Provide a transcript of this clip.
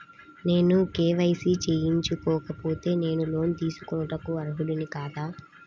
నేను కే.వై.సి చేయించుకోకపోతే నేను లోన్ తీసుకొనుటకు అర్హుడని కాదా?